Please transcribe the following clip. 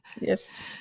yes